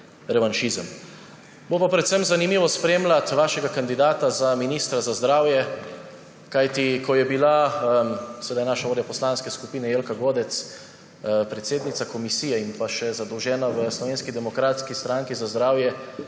revanšizem. Bo pa predvsem zanimivo spremljati vašega kandidata za ministra za zdravje. Kajti ko je bila sedaj naša vodja poslanske skupine Jelka Godec predsednica komisije in še zadolžena v Slovenski demokratski stranki za zdravje,